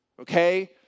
Okay